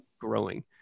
growing